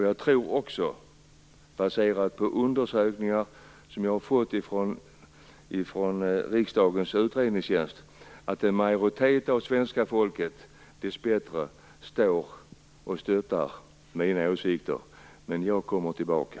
Jag tror också, baserat på undersökningar som jag har fått från riksdagens utredningstjänst, att en majoritet av svenska folket dessbättre stöttar mina åsikter. Jag kommer tillbaka.